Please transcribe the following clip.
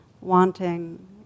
wanting